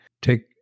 take